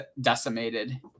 decimated